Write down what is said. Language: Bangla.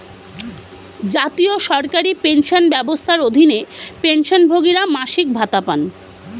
জাতীয় সরকারি পেনশন ব্যবস্থার অধীনে, পেনশনভোগীরা মাসিক ভাতা পান